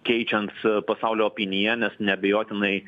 keičiant pasaulio oponiją nes neabejotinai